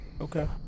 Okay